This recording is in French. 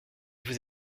vous